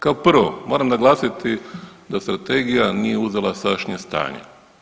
Kao prvo, moram naglasiti da Strategija nije uzela sadašnje stanje.